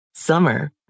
Summer